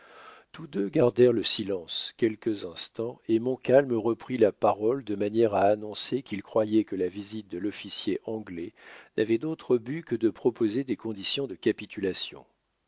tous deux gardèrent le silence quelques instants et montcalm reprit la parole de manière à annoncer qu'il croyait que la visite de l'officier anglais n'avait d'autre but que de proposer des conditions de capitulation